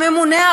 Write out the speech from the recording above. הממונה,